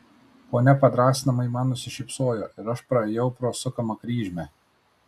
ponia padrąsinamai man nusišypsojo ir aš praėjau pro sukamą kryžmę